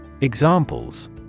Examples